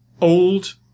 old